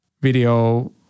video